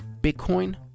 Bitcoin